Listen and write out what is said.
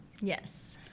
Yes